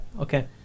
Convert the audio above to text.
Okay